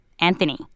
Anthony